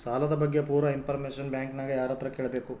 ಸಾಲದ ಬಗ್ಗೆ ಪೂರ ಇಂಫಾರ್ಮೇಷನ ಬ್ಯಾಂಕಿನ್ಯಾಗ ಯಾರತ್ರ ಕೇಳಬೇಕು?